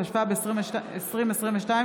התשפ"ב 2022,